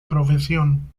profesión